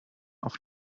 auf